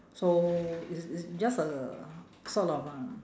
so it's it's just a sort of uh